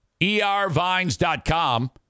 ERVines.com